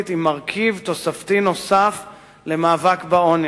עם מרכיב תוספתי נוסף למאבק בעוני.